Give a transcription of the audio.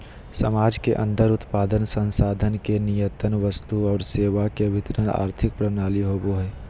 समाज के अन्दर उत्पादन, संसाधन के नियतन वस्तु और सेवा के वितरण आर्थिक प्रणाली होवो हइ